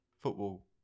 football